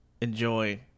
enjoy